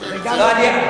בסדר, תודה.